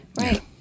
Right